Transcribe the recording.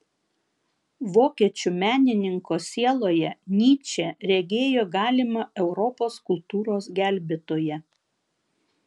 vokiečių menininko sieloje nyčė regėjo galimą europos kultūros gelbėtoją